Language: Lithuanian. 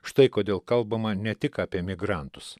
štai kodėl kalbama ne tik apie emigrantus